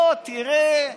לא, תראה,